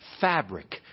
fabric